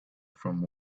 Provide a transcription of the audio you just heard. from